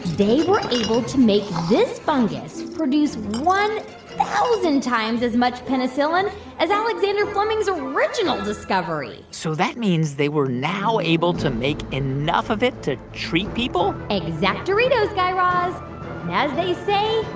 they were able to make this fungus produce one thousand times as much penicillin as alexander fleming's original discovery so that means they were now able to make enough of it to treat people? exactoritos, guy raz. and as they say,